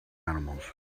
animals